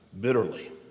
bitterly